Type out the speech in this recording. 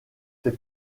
fait